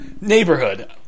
Neighborhood